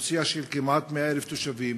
אוכלוסייה של כמעט 100,000 תושבים,